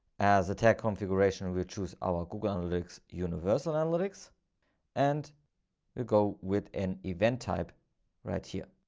as a tech configuration, we choose our google analytics universal analytics and go with an event type right here.